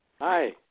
Hi